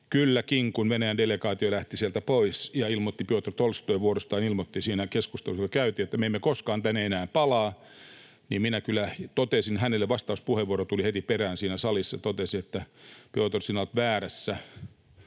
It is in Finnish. Kylläkin, kun Venäjän delegaatio lähti sieltä pois ja Pjotr Tolstoi vuorostaan ilmoitti siinä keskustelussa, joka käytiin, että me emme koskaan tänne enää palaa, minä totesin hänelle — vastauspuheenvuoro tuli heti perään siinä salissa: ”Pjotr, sinä olet väärässä.